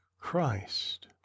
Christ